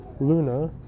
Luna